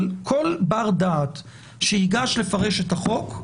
אבל כל בר-דעת שייגש לפרש את החוק,